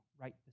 right